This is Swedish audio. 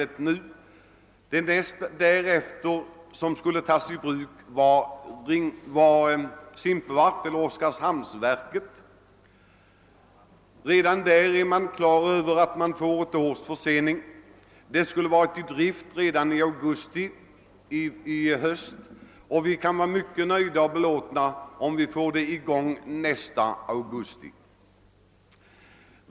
Den anläggning som närmast därefter skulle tas i bruk var Simpvarp eller Oskarshamnsverket, men där är man redan på det klara med att det blir en försening på ett år. Driften där skulle ha varit i gång i augusti, men vi får vara belåtna om den kan komma i gång nästa augusti.